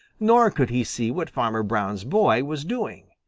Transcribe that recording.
nor could he see what farmer brown's boy was doing.